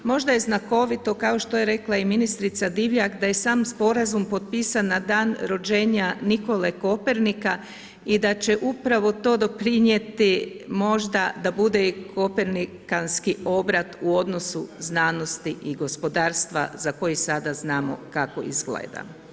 Možda je znakovito kao što je rekla i ministrica Divjak da je sam sporazum potpisan na dan rođenja Nikole Kopernika i da će upravo to doprinijeti možda da bude Kopernikanski obrat u odnosu znanosti i gospodarstva za koji sada znamo kako izgleda.